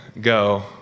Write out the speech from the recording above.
go